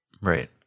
right